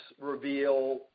reveal